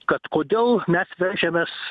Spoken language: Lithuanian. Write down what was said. kad kodėl mes veržiamės